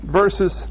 verses